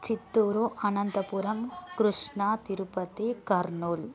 Chittoor Anantapuram Krishna Tirupati Kurnool